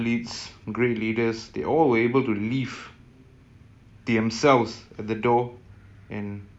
the first thing that you may be thinking ah maybe you may be what kind of question is this it's a bit uncomfortable